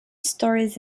stories